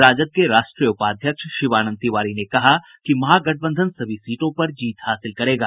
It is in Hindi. राजद के राष्ट्रीय उपाध्यक्ष शिवानंद तिवारी ने कहा कि महागठबंधन सभी सीटों पर जीत हासिल करेगा